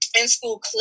in-school